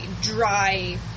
dry